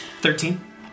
thirteen